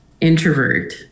introvert